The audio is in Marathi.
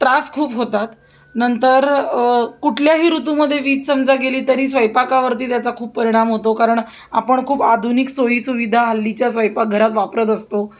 त्रास खूप होतात नंतर कुठल्याही ऋतूमध्ये वीज समजा गेली तरी स्वयंपाकावरती त्याचा खूप परिणाम होतो कारण आपण खूप आधुनिक सोयीसुविधा हल्लीच्या स्वयंपाकघरात वापरत असतो